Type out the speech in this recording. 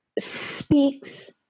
Speaks